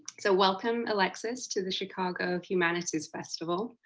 so welcome, alexis to the chicago humanities festival?